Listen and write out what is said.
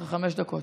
חמש דקות.